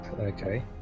Okay